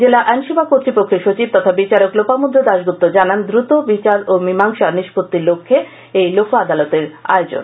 জেলা আইনসেবা কর্তৃপক্ষের সচিব তথা বিচারক লোপামুদ্রা দাসগুপ্ত জানান দ্রুত বিচার ও মীমাংসা নিস্পত্তির লক্ষে এই লোক আদালতের আয়োজন